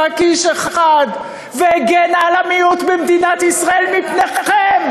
כאיש אחד והגנה על המיעוט במדינת ישראל מפניכם.